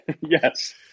Yes